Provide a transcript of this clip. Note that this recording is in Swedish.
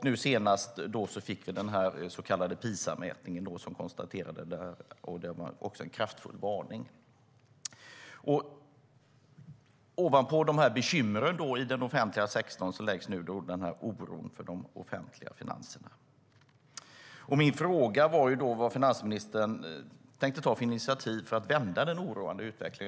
Nu senast fick vi den så kallade PISA-mätningen som var en kraftfull varning. Ovanpå dessa bekymmer i den offentliga sektorn läggs nu oron för de offentliga finanserna. Min fråga var vilka initiativ finansministern tänkte ta för att vända den oroande utvecklingen.